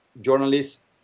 journalists